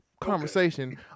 conversation